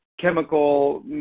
chemical